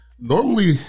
Normally